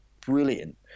brilliant